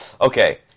okay